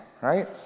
right